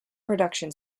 production